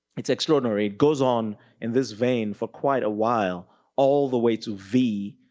it's extraordinary, it goes on in this vain for quite awhile all the way to v,